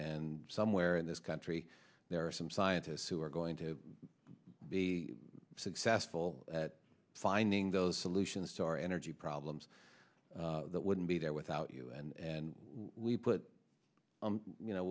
and somewhere in this country there are some scientists who are going to be successful at finding those solutions to our energy problems that wouldn't be there without you and we put you know